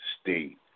state